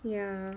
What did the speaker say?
yeah